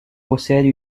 possède